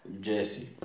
Jesse